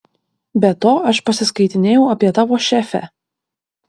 be to aš pasiskaitinėjau apie tavo šefę